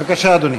בבקשה, אדוני.